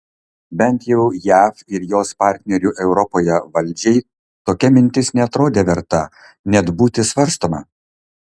bent jau jav ir jos partnerių europoje valdžiai tokia mintis neatrodė verta net būti svarstoma